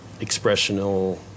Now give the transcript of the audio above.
expressional